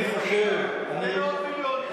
זה מאות מיליונים.